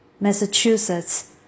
Massachusetts